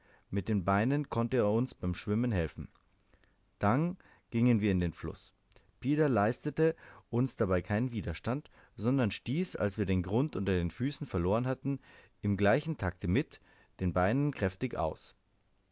mit den beinen konnte er uns beim schwimmen helfen dann gingen wir in den fluß pida leistete uns dabei keinen widerstand sondern stieß als wir den grund unter den füßen verloren hatten in gleichem takte mit den beinen kräftig aus